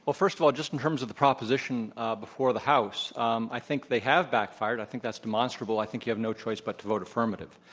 ah first of all, just in terms of the proposition ah before the house, um i think they have backfired. i think that's demonstrable. i think you have no choice but to vote affirmative.